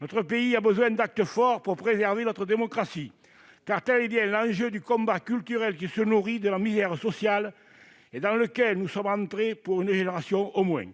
Notre pays a besoin d'actes forts pour préserver notre démocratie. Car tel est bien l'enjeu du combat culturel qui se nourrit de la misère sociale et dans lequel nous sommes entrés pour au moins